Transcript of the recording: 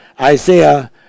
Isaiah